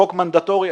חוק מנדטורי.